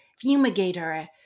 fumigator